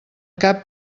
cap